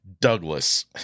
Douglas